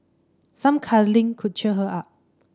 some cuddling could cheer her up